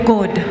God